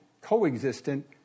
co-existent